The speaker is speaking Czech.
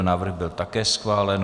Návrh byl také schválen.